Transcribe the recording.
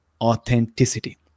authenticity